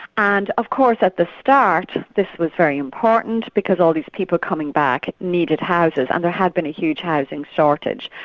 and of course, at the start, this was very important because all these people coming back needed houses, and there had been a huge housing shortage.